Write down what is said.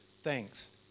thanks